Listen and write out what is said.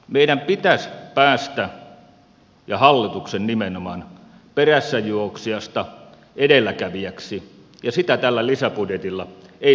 meidän pitäisi päästä ja hallituksen nimenomaan perässäjuoksijasta edelläkävijäksi ja se tällä lisäbudjetilla ei tule tapahtumaan